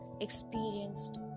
experienced